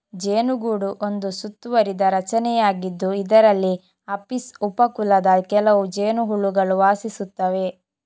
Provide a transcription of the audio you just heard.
ಜೇನುಗೂಡು ಒಂದು ಸುತ್ತುವರಿದ ರಚನೆಯಾಗಿದ್ದು, ಇದರಲ್ಲಿ ಅಪಿಸ್ ಉಪ ಕುಲದ ಕೆಲವು ಜೇನುಹುಳುಗಳು ವಾಸಿಸುತ್ತವೆ